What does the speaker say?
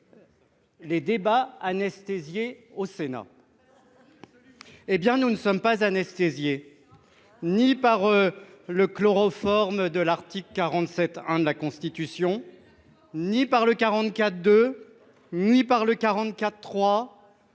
les débats ». Eh bien, nous ne sommes anesthésiés ni par le chloroforme de l'article 47-1 de la Constitution, ni par le 44.2, ni par le 44.3,